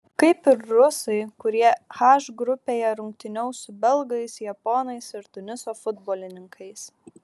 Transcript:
kaip ir rusai kurie h grupėje rungtyniaus su belgais japonais ir tuniso futbolininkais